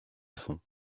fond